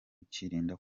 ukirinda